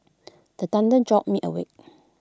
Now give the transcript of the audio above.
the thunder jolt me awake